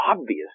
obvious